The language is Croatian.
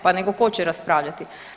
Pa nego ko će raspravljati?